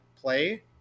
play